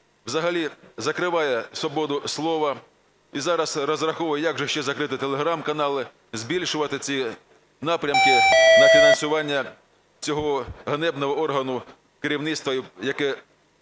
взагалі закриває свободу слова і зараз розраховує, як ще закрити телеграм-канали, збільшувати ці напрямки на фінансування цього ганебного органу керівництва, яке